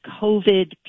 COVID